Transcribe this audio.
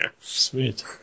sweet